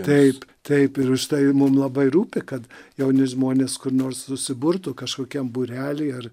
taip taip ir už tai mum labai rūpi kad jauni žmonės kur nors susiburtų kažkokiam būrely ar